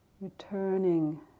Returning